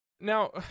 Now